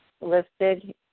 listed